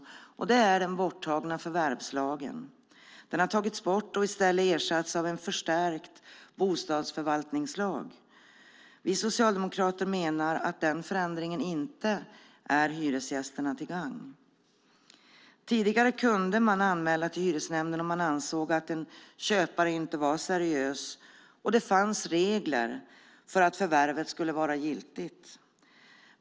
Det handlar om den borttagna förvärvslagen. Den har tagits bort och i stället ersatts av en förstärkt bostadsförvaltningslag. Vi socialdemokrater menar att den förändringen inte är hyresgästerna till gagn. Tidigare kunde man anmäla till hyresnämnden om man ansåg att en köpare inte var seriös och det fanns regler som skulle uppfyllas för att förvärvet skulle vara giltigt.